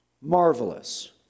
marvelous